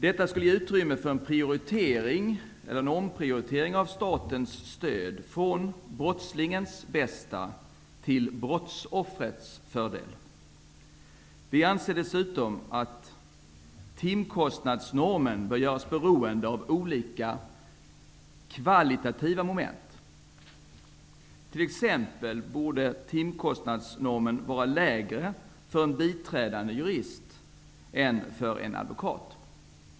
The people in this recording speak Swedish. Detta skulle ge utrymme för en omprioritering av statens stöd från brottslingens bästa till brottsoffrets fördel. Vi anser dessutom att timkostnadsnormen bör göras beroende av olika kvalitativa moment. Timkostnadsnormen borde vara lägre för t.ex. en biträdande jurist än för en advokat.